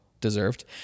deserved